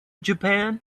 japan